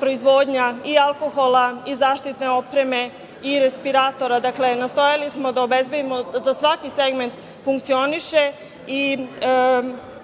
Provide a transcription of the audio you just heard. proizvodnja i alkohola i zaštitne opreme i respiratora. Dakle, nastojali smo da obezbedimo da svaki segment funkcioniše i